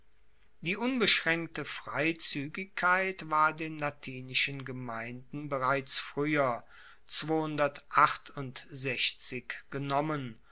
die unbeschraenkte freizuegigkeit war den latinischen gemeinden bereits frueher genommen